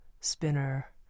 spinner